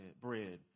bread